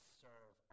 serve